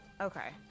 Okay